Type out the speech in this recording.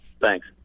Thanks